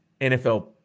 NFL